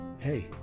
Hey